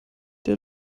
der